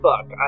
fuck